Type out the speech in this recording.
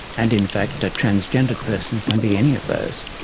and in fact a transgendered person can be any of those.